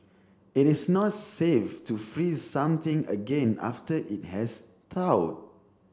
it is not safe to freeze something again after it has